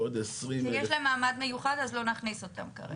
ויש להם מעמד מיוחד אז לא נכניס אותם כרגע.